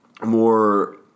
more